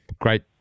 great